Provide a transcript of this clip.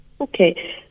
Okay